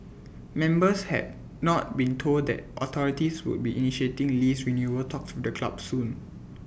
members had not been told that authorities would be initiating lease renewal talks with the club soon